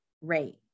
rate